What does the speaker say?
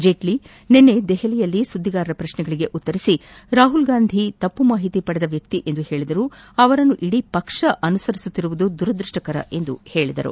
ಜೇಟ್ನಿ ಅವರು ನಿನ್ನೆ ದೆಹಲಿಯಲ್ಲಿ ಮಾಧ್ಯಮದವರ ಪ್ರಶ್ನೆಗೆ ಉತ್ತರಿಸಿ ರಾಹುಲ್ ಗಾಂಧಿ ತಪ್ಪು ಮಾಹಿತಿ ಪಡೆದ ವ್ಯಕ್ತಿ ಎಂದು ಹೇಳಿ ಅವರನ್ನು ಇಡೀ ಪಕ್ಷ ಅನುಸರಿಸುತ್ತಿರುವುದು ದುರದ್ಬಷ್ಪಕರ ಎಂದು ಹೇಳಿದ್ದಾರೆ